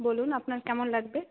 বলুন আপনার কেমন লাগবে